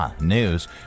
news